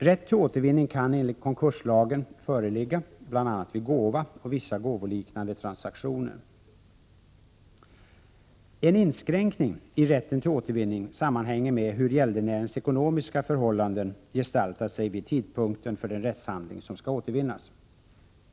Rätt till återvinning kan enligt konkurslagen föreligga bl.a. vid gåva och vissa gåvoliknande transaktioner. En inskränkning i rätten till återvinning sammanhänger med hur gäldenärens ekonomiska förhållanden gestaltar sig vid tidpunkten för en rättshandling som skall återvinnas.